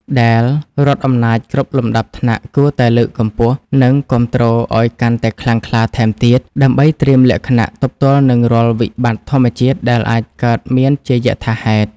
ដែលរដ្ឋអំណាចគ្រប់លំដាប់ថ្នាក់គួរតែលើកកម្ពស់ និងគាំទ្រឱ្យកាន់តែខ្លាំងក្លាថែមទៀត ដើម្បីត្រៀមលក្ខណៈទប់ទល់នឹងរាល់វិបត្តិធម្មជាតិដែលអាចកើតមានជាយថាហេតុ។